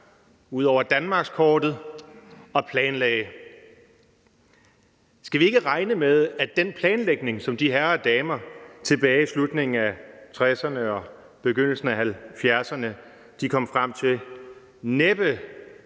ud over danmarkskortet og planlagde. Skal vi ikke regne med, at den planlægning, som de herrer og damer tilbage i slutningen af 1960'erne og begyndelsen af 1970'erne kom frem til, næppe